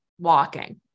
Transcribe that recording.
walking